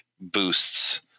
boosts